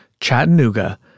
Chattanooga